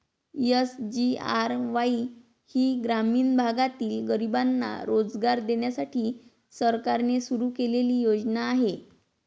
SGRY ही ग्रामीण भागातील गरिबांना रोजगार देण्यासाठी सरकारने सुरू केलेली योजना आहे